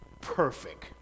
perfect